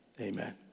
Amen